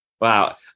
Wow